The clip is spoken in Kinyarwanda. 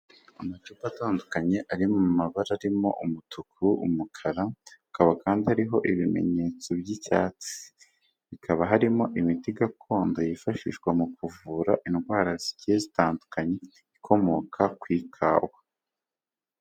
Amacupa atandukanye ari mu mabara arimo umutuku, umukara akaba kandi ariho ibimenyetso by'icyatsi, bikaba harimo imiti gakondo yifashishwa mu kuvura indwara zigiye zitandukanye ikomoka ku ikawa.